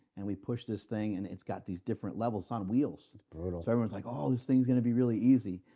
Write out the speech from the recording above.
and we push this thing and it's got these different levels. it's on wheels it's brutal everyone's like, oh, this thing's going to be really easy.